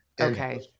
Okay